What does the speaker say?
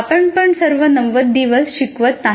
आपणपण सर्व नव्वद दिवस शिकवत नाही